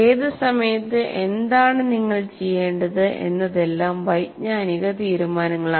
ഏത് സമയത്ത് എന്താണ് നിങ്ങൾ ചെയ്യേണ്ടത് എന്നതെല്ലാം വൈജ്ഞാനിക തീരുമാനങ്ങളാണ്